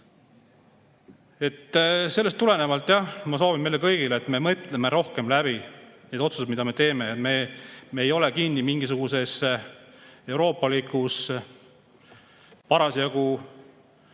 Sellest tulenevalt ma soovin meile kõigile, et me mõtleksime rohkem läbi need otsused, mida me teeme. [Me ei tohiks] kinni olla mingisuguses euroopalikus parasjagu